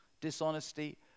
dishonesty